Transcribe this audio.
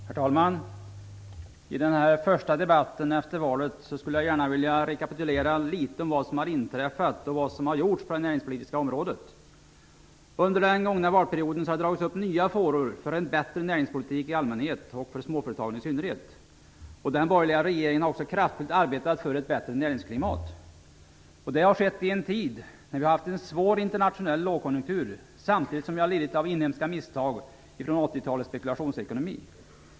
Herr talman! I den här första debatten efter valet skulle jag först vilja rekapitulera litet i fråga om vad som har inträffat och vad som har gjorts på det näringspolitiska området. Under den gångna valperioden har det dragits upp nya fåror för en bättre näringspolitik i allmänhet och för småföretagen i synnerhet. Den borgerliga regeringen har också kraftfullt arbetat för ett bättre näringsklimat. Det har skett i en tid när vi har haft en svår internationell lågkonjunktur samtidigt som vi har lidit av inhemska misstag från 80-talets spekulationsekonomi.